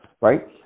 right